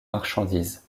marchandises